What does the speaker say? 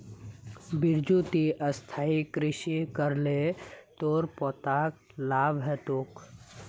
बिरजू ती स्थायी कृषि कर ल तोर पोताक लाभ ह तोक